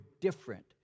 different